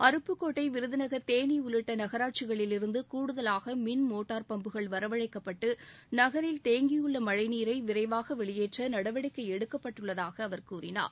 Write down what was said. அருப்புக்கோட்டை விருதநகர் தேனி உள்ளிட்ட நகராட்சிகளிலிருந்து கூடுதலாக மின்மோட்டார் பம்புகள் வரவழைக்கப்பட்டு நகரில் தேங்கியுள்ள மழைநீரை விரைவாக வெளியேற்ற நடவடிக்கை எடுக்கப்பட்டுள்ளதாக அவர் கூறினார்